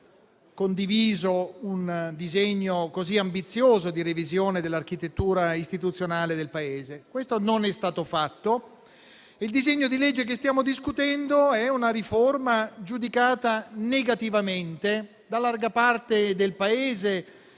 condiviso un disegno così ambizioso di revisione dell'architettura istituzionale del Paese. Questo non è stato fatto. Il disegno di legge che stiamo discutendo è una riforma giudicata negativamente da larga parte del Paese